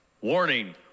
warning